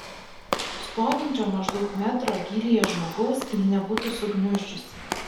stovinčio maždaug metro gylyje žmogaus ji nebūtų sugniuždžiusi